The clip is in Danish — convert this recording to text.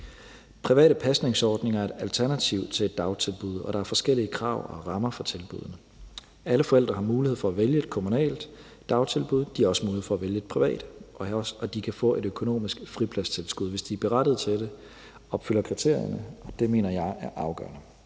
Private pasningsordninger er et alternativ til et dagtilbud, og der er forskellige krav og rammer for tilbuddene. Alle forældre har mulighed for at vælge et kommunalt dagtilbud. De har også mulighed for at vælge et privat, og de kan få et økonomisk fripladstilskud, hvis de er berettiget til det og opfylder kriterierne, og det mener jeg er afgørende.